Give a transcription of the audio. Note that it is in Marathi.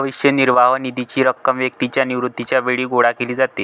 भविष्य निर्वाह निधीची रक्कम व्यक्तीच्या निवृत्तीच्या वेळी गोळा केली जाते